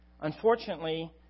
Unfortunately